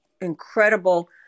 incredible